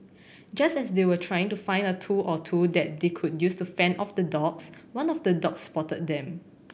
just as they were trying to find a tool or two that they could use to fend off the dogs one of the dogs spotted them